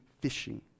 fishing